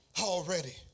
already